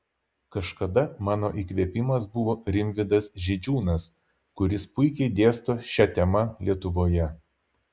kažkada mano įkvėpimas buvo rimvydas židžiūnas kuris puikiai dėsto šia tema lietuvoje